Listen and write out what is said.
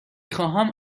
خواهم